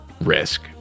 risk